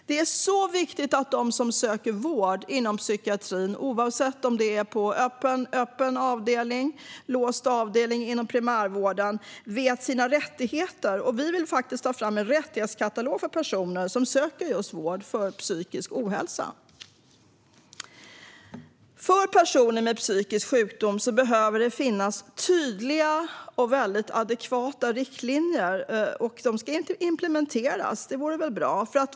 Det är oerhört viktigt att de som söker vård inom psykiatrin - oavsett om det är på öppen avdelning, låst avdelning eller inom primärvården - vet sina rättigheter. Vi vill ta fram en rättighetskatalog för personer som söker vård för psykisk ohälsa. För personer med psykisk sjukdom behöver det finnas tydliga och väldigt adekvata riktlinjer, och de ska implementeras. Det vore väl bra?